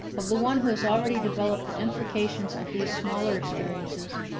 of the one who has already developed the implications of these smaller experiences,